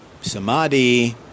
samadhi